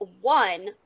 one